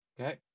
okay